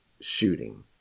shooting